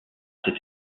cette